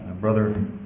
Brother